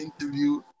interview